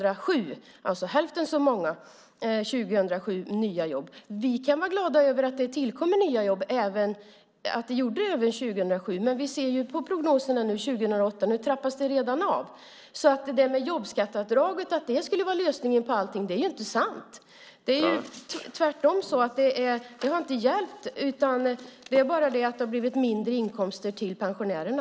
Det tillkom alltså hälften så många nya jobb under 2007. Vi kan vara glada över att det tillkom nya jobb även 2007, men vi ser prognoserna för 2008, och nu trappas det redan av. Det är ju inte sant att jobbskatteavdraget skulle vara lösningen på allt. Det är tvärtom så att det inte har hjälpt. Det har bara blivit mindre inkomster till pensionärerna.